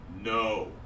no